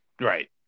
Right